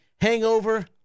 hangover